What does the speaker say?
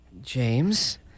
James